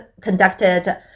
conducted